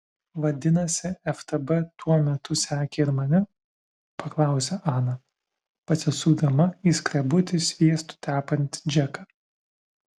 vadinasi ftb tuo metu sekė ir mane paklausė ana pasisukdama į skrebutį sviestu tepantį džeką